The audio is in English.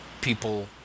people